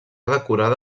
decorada